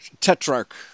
tetrarch